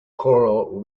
coral